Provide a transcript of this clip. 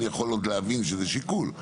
אני יכול עוד להבין שזה שיקול.